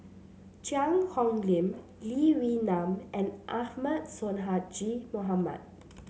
Cheang Hong Lim Lee Wee Nam and Ahmad Sonhadji Mohamad